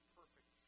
perfect